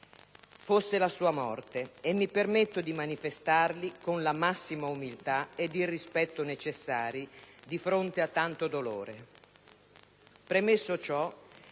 fosse la sua morte e mi permetto di manifestarli con la massima umiltà e il rispetto necessari di fronte a tanto dolore. Premesso ciò,